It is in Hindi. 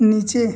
नीचे